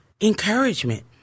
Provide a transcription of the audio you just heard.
encouragement